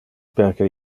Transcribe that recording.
perque